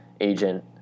agent